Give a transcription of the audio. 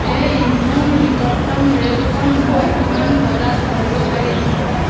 হেই মোৰ নিকটতম ৰে'লখন মই কিমান বজাত ধৰিব পাৰিম